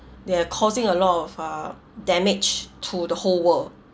there are causing a lot of uh damage to the whole world